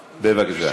בבקשה.